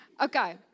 Okay